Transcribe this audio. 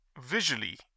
visually